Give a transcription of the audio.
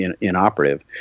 inoperative